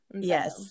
Yes